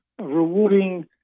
rewarding